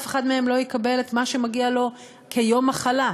ואף אחד מהם לא יקבל את מה שמגיע לו כיום מחלה.